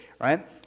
right